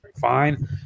fine